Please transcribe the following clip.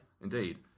Indeed